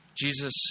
Jesus